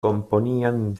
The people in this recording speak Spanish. componían